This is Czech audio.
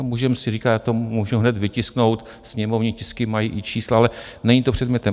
Můžeme si říkat, já to můžu hned vytisknout, sněmovní tisky mají i čísla, ale není to předmětem.